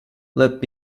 let